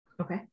Okay